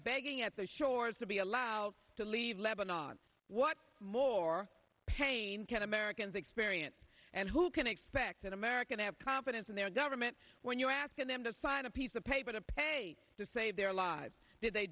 begging at the shores to be allowed to leave lebanon what more pain can americans experience and who can expect an american to have confidence in their government when you ask them to sign a piece of paper to pay to save their lives did they